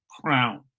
crown